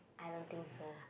I don't think so